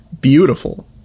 beautiful